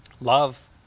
Love